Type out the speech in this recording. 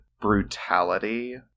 brutality